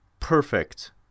Perfect